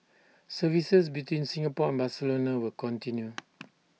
services between Singapore and Barcelona will continue